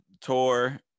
tour